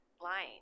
lying